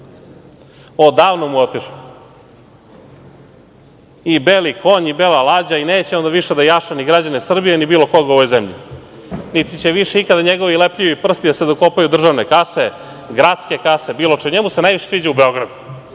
Odavno mu je otišla i beli konj i bela lađa i neće on više da jaše ni građane Srbije ni bilo koga u ovoj zemlji, niti će više ikada njegovi lepljivi prsti da se dokopaju državne kase, gradske kase, bilo čega. Njemu se najviše sviđa u Beogradu.